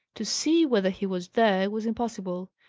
to see whether he was there, was impossible.